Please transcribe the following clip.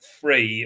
three